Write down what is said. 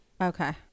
Okay